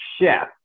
chef